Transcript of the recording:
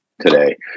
today